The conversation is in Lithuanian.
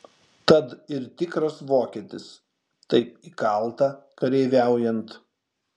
tad ir tikras vokietis taip įkalta kareiviaujant